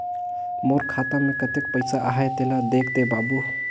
मोर खाता मे कतेक पइसा आहाय तेला देख दे बाबु?